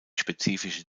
spezifische